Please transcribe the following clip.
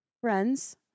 friends